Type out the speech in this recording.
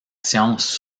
science